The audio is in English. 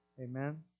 Amen